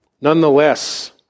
Nonetheless